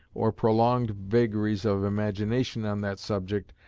or prolonged vagaries of imagination on that subject,